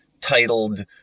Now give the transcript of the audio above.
titled